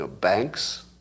banks